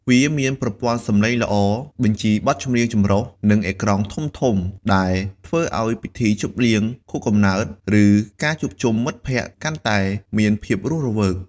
វាមានប្រព័ន្ធសំឡេងល្អ បញ្ជីបទចម្រៀងចម្រុះ និងអេក្រង់ធំៗ ដែលធ្វើឲ្យពិធីជប់លៀងខួបកំណើត ឬការជួបជុំមិត្តភក្តិកាន់តែមានភាពរស់រវើក។